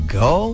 go